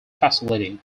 facility